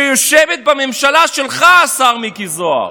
שיושבת בממשלה שלך, השר מיקי זוהר.